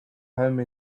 home